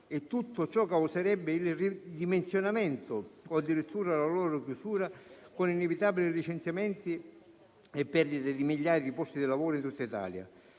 e tutto ciò causerebbe un ridimensionamento o addirittura la loro chiusura, con inevitabili licenziamenti e perdite di migliaia di posti di lavoro in tutta Italia.